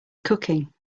cooking